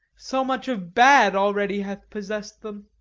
so much of bad already hath possess'd them.